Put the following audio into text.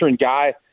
guy